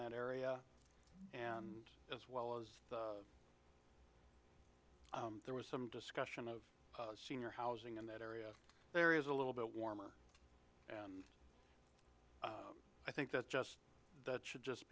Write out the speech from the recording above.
that area and as well as there was some discussion of senior housing in that area there is a little bit warmer and i think that's just that should just